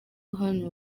hano